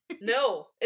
no